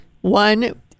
one